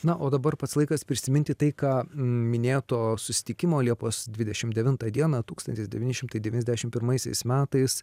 na o dabar pats laikas prisiminti tai ką minėto susitikimo liepos dvidešimt devintą dieną tūkstantis devyni šimtai devyniasdešimt pirmaisiais metais